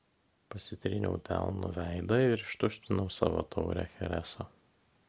pasitryniau delnu veidą ir ištuštinau savo taurę chereso